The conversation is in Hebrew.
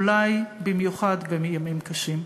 אולי במיוחד בימים קשים.